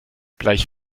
gleich